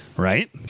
Right